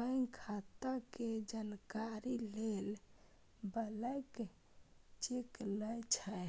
bank खाता के जानकारी लेल ब्लैंक चेक लए छै